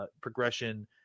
progression